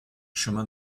chemin